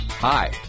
Hi